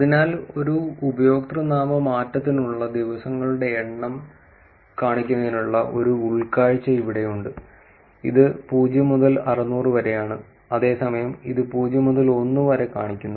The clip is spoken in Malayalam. അതിനാൽ ഒരു ഉപയോക്തൃനാമ മാറ്റത്തിനുള്ള ദിവസങ്ങളുടെ എണ്ണം കാണിക്കുന്നതിനുള്ള ഒരു ഉൾക്കാഴ്ച ഇവിടെയുണ്ട് ഇത് 0 മുതൽ 600 വരെയാണ് അതേസമയം ഇത് 0 മുതൽ 1 വരെ കാണിക്കുന്നു